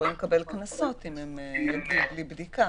יכולים להטיל עליהם קנסות אם הם באים ללא בדיקה.